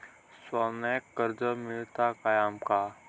सोन्याक कर्ज मिळात काय आमका?